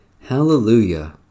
Hallelujah